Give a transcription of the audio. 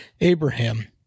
Abraham